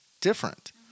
different